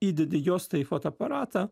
įdedi juostą į fotoaparatą